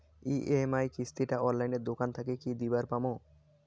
EMI কিস্তি টা অনলাইনে দোকান থাকি কি দিবার পাম?